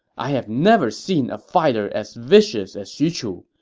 i have never seen a fighter as vicious as xu chu.